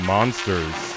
Monsters